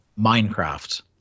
Minecraft